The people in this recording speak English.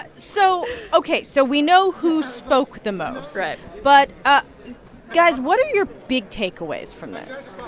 ah so ok, so we know who spoke the most right but, ah guys, what are your big takeaways from this?